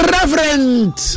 Reverend